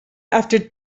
after